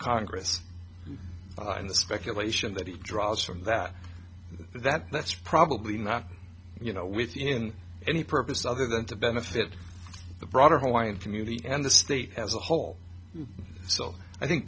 the speculation that he draws from that that that's probably not you know within any purpose other than to benefit the broader hawaiian community and the state as a whole so i think